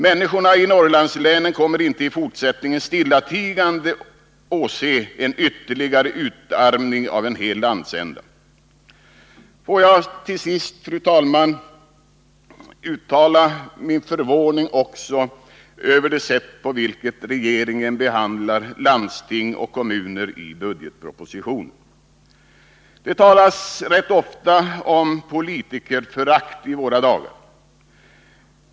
Människorna i Norrlandslänen kommer inte i fortsättningen att stillatigande åse en ytterligare utarmning av en hel landsända. Får jag till sist, fru talman, också uttala min förvåning över det sätt på vilket regeringen behandlar landsting och kommuner i budgetpropositionen. Det talas rätt ofta om politikerförakt i våra dagar.